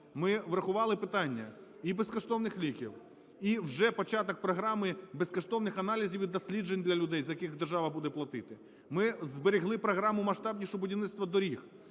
ми врахували питання і безкоштовних ліків, і вже початок програми безкоштовних аналізів і досліджень для людей, за яких держава буде платити. Ми зберегли програму масштабнішу будівництва доріг,